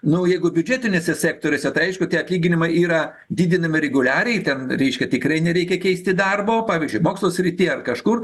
nu jeigu biudžetiniuose sektoriuose tai aišku tie atlyginimai yra didinami reguliariai ten reiškia tikrai nereikia keisti darbo pavyzdžiui mokslo srityje ar kažkur